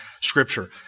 Scripture